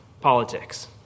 politics